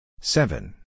Seven